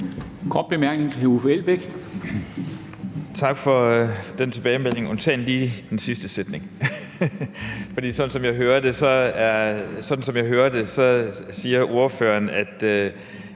kort bemærkning til Uffe Elbæk.